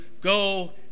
Go